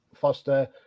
Foster